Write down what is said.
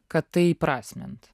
kad tai įprasmint